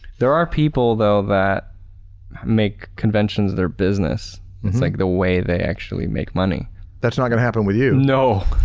there are people though that make conventions their business. it's like the way they actually make money. marshall that's not gonna happen with you? know